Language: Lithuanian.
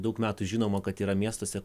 daug metų žinoma kad yra miestuose